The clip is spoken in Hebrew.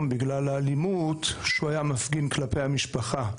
בגלל האלימות שהוא היה מפגין כלפי המשפחה.